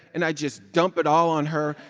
and i just dump it all on her.